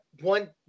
one